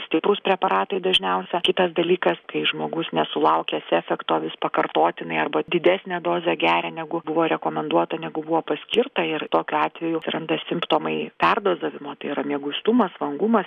stiprūs preparatai dažniausia kitas dalykas kai žmogus nesulaukęs efekto vis pakartotinai arba didesnę dozę geria negu buvo rekomenduota negu buvo paskirta ir tokiu atveju atsiranda simptomai perdozavimo tai yra mieguistumas vangumas